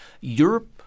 Europe